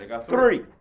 Three